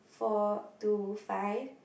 four two five